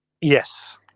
yes